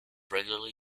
regularly